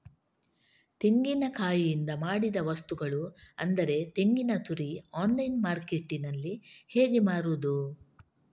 ತೆಂಗಿನಕಾಯಿಯಿಂದ ಮಾಡಿದ ವಸ್ತುಗಳು ಅಂದರೆ ತೆಂಗಿನತುರಿ ಆನ್ಲೈನ್ ಮಾರ್ಕೆಟ್ಟಿನಲ್ಲಿ ಹೇಗೆ ಮಾರುದು?